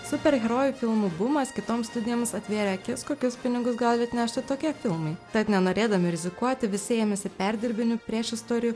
superherojų filmų bumas kitoms studijoms atvėrė akis kokius pinigus gali atnešti tokie filmai tad nenorėdami rizikuoti visi ėmėsi perdirbinių priešistorių